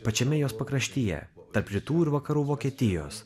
pačiame jos pakraštyje tarp rytų ir vakarų vokietijos